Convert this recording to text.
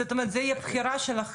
זאת אומרת זו תהיה בחירה שלכם.